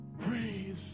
Praise